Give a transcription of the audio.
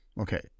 Okay